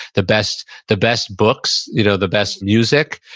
the best the best books, you know the best music,